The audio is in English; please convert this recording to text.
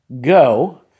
go